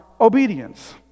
obedience